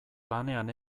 lanean